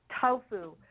tofu